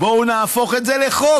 בואו נהפוך את זה לחוק.